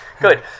Good